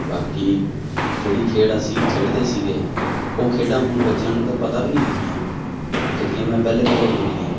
ਬਾਕੀ ਜਿਹੜੀ ਖੇਡ ਅਸੀਂ ਖੇਡਦੇ ਸੀਗੇ ਉਹ ਖੇਡਾਂ ਹੁਣ ਬੱਚਿਆਂ ਨੂੰ ਤਾਂ ਪਤਾ ਵੀ ਨਹੀਂ ਹੈਗੀਆਂ ਜਿਹੜੀਆਂ ਮੈਂ ਪਹਿਲੇ ਪਹਿਲੇ ਬੋਲੀਆਂ